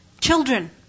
Children